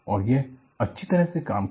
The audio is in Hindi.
और यह अच्छी तरह से काम किया